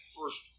first